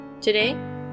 Today